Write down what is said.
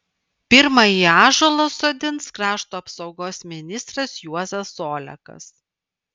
pirmąjį ąžuolą sodins krašto apsaugos ministras juozas olekas